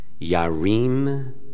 Yarim